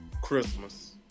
Christmas